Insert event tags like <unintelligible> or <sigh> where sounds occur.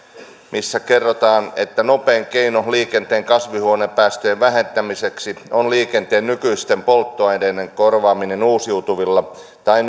missä kerrotaan että nopein keino liikenteen kasvihuonepäästöjen vähentämiseksi on liikenteen nykyisten polttoaineiden korvaaminen uusiutuvilla tai <unintelligible>